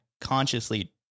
consciously